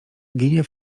ginie